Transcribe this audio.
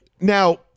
Now